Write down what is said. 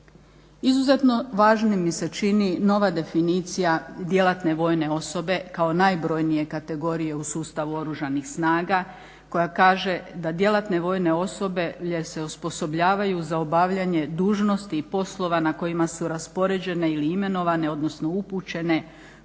Izuzetno važnim mi se čini nova definicija djelate vojne osobe kao najbrojnije kategorije u sustavu oružanih snaga koja kaže: " Da djelatne vojne osobe, osoblje se osposobljavaju za obavljanje dužnosti i poslova na kojima su raspoređene ili imenovane, odnosno upućene,